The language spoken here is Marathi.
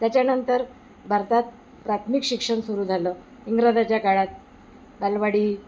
त्याच्यानंतर भारतात प्राथमिक शिक्षण सुरू झालं इंग्रजाच्या काळात बालवाडी